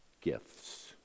gifts